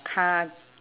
car